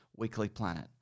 weeklyplanet